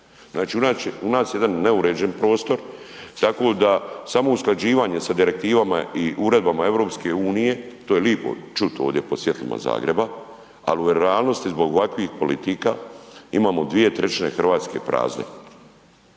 znači u nas je jedan neuređen prostor, tako da samo usklađivanje sa direktivama i Uredbama EU, to je lipo čut ovdje pod svjetlima Zagreba, al u realnosti zbog ovakvih politika imamo 2/3 RH prazne.